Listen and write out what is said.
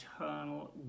eternal